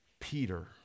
Peter